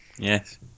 Yes